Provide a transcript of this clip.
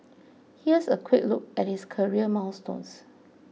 here's a quick look at his career milestones